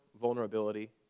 vulnerability